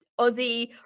Aussie